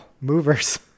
Movers